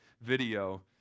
video